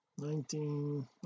nineteen